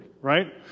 right